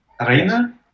Arena